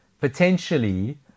potentially